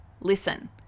listen